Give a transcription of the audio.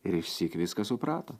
ir išsyk viską suprato